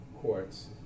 courts